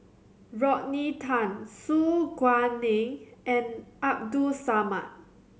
Rodney Tan Su Guaning and Abdul Samad